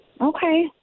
Okay